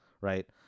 Right